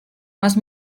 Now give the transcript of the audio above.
más